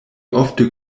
ofte